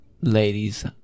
ladies